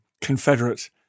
Confederate